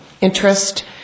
interest